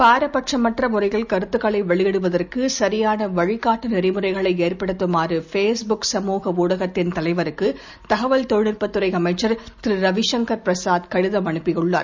பாரபட்சமற்றமுறையில்கருத்துக்களைவெளியிடுவதற் த் சரியானவழிகாட்டுநெறிமுறைகளைஏற்படுத்துமாறுபே ஸ்புக்சமூகஊடகத்தின்தலைவருக்குதகவல்தொழில்நுட் பத்துறைஅமைச்சர்திரு ரவிசங்கர்பிரசாத்கடிதம்அனுப் பியுள்ளார்